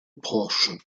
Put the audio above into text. proche